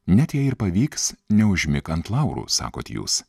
net jei ir pavyks neužmik ant laurų sakot jūs